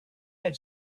had